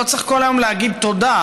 לא צריך כל היום להגיד תודה.